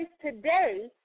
today